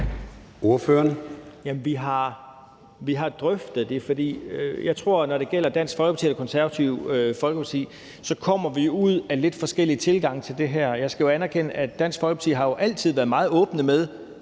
Poulsen (KF): Vi har drøftet det. Jeg tror, at når det gælder Dansk Folkeparti og Det Konservative Folkeparti, kommer vi ud af lidt forskellige tilgange til det her. Jeg skal jo anerkende, at Dansk Folkeparti altid har været meget åbne med,